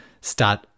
start